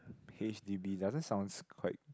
H_D_B doesn't sounds quite